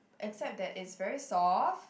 except that is very soft